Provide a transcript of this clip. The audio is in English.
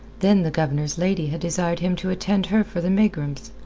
then the governor's lady had desired him to attend her for the megrims.